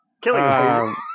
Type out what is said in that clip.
Killing